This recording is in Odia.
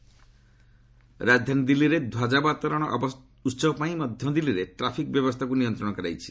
ଦିଲ୍ଲୀ ଟ୍ରାଫିକ୍ ରାଜଧାନୀ ଦିଲ୍ଲୀରେ ଧ୍ୱଜାବତରଣ ଉତ୍ସବ ପାଇଁ ମଧ୍ୟ ଦିଲ୍ଲୀରେ ଟ୍ରାଫିକ୍ ବ୍ୟବସ୍ଥାକୁ ନିୟନ୍ତ୍ରଣ କରାଯାଇଛି